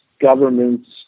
governments